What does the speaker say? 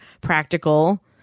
practical